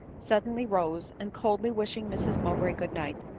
suddenly rose, and coldly wishing mrs mowbray good night,